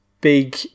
big